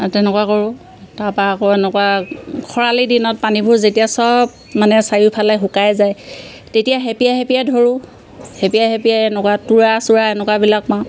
তেনেকুৱা কৰোঁ তাৰাপা আকৌ এনেকুৱা খৰালি দিনত পানীবোৰ যেতিয়া চব মানে চাৰিওফালে শুকাই যায় তেতিয়া হেপিয়াই হেপিয়াই ধৰোঁ হেপিয়াই হেপিয়াই এনেকুৱা তোৰা চোৰা এনেকুৱাবিলাক পাওঁ